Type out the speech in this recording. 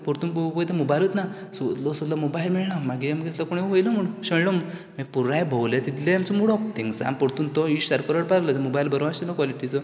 परतून पोवूंक वयता मोबायलूत ना सोदलो सोदलो मोबायल मेळना मागीर आमकां दिसलो कोणी व्हेलो म्हणून शेणलो म्हण पुराय भोंवले तितले आमचो मूड ओफ थिंगसान परतून तो इश्ट सारको रडपाक लागलो तेजो मोबायल बरो आशिल्लो कोलिटिचो